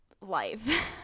life